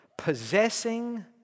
possessing